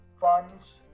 funds